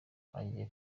agiye